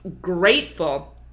grateful